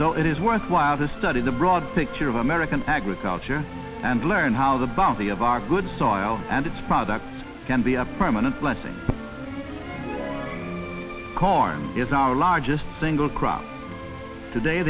so it is worthwhile to study the broad picture of american agriculture and learn how the bounty of our good song and its product can be a permanent blessing corn is our largest single crop today